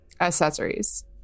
accessories